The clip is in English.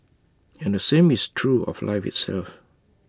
and the same is true of life itself